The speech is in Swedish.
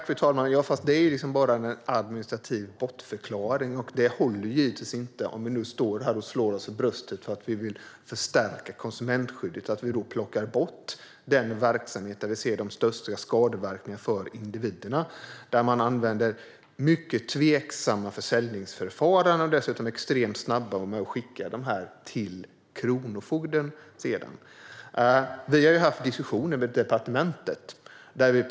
Fru talman! Det är ju bara en administrativ bortförklaring som givetvis inte håller om vi slår oss för bröstet för att vi vill förstärka konsumentskyddet. Då plockar regeringen bort den verksamhet där vi ser de största skadeverkningarna för individerna. Man använder ett mycket tveksamt försäljningsförfarande. Dessutom är man extremt snabb på att skicka sin fordran till kronofogden. Vi har haft diskussioner med departementet.